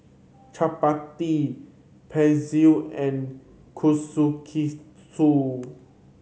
Chapati Pretzel and Kushikatsu